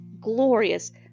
glorious